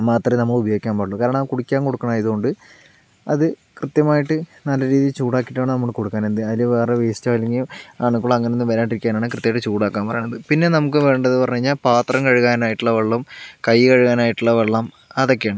മാത്രമേ നമ്മൾ ഉപയോഗിക്കാൻ പാടുള്ളു കാരണം കുടിക്കാൻ കൊടുക്കുന്നത് ആയതോണ്ട് അത് കൃത്യമായിട്ട് നല്ല രീതിയിൽ ചൂടാക്കിയിട്ട് വേണം നമ്മൾ കൊടുക്കാൻ എന്ത് അതിൽ വേറൊരു വേസ്റ്റോ അല്ലെങ്കിൽ അണുക്കളോ അങ്ങനൊന്നും വരാണ്ടിരിക്കാനാണ് കൃത്യമായിട്ട് ചൂടാക്കാൻ പറയണത് പിന്നെ നമുക്ക് വേണ്ടതെന്ന് പറഞ്ഞു കഴിഞ്ഞാൽ പാത്രം കഴുകാനായിട്ടുള്ള വെള്ളം കൈ കഴുകാനായിട്ടുള്ള വെള്ളം അതക്കെയാണ്